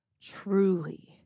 Truly